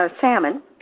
salmon